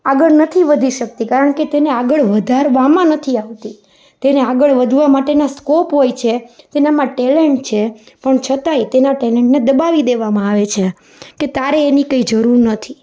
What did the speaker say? આગળ નથી વધી શકતી કારણ કે તેને આગળ વધારવામાં નથી આવતી તેને આગળ વધવા માટેના સ્કોપ હોય છે તેનામાં ટેલેન્ટ છે પણ છતાંય તેના ટેલેન્ટને દબાવી દેવામાં આવે છે કે તારે એની કંઇ જરૂર નથી